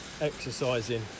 exercising